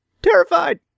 terrified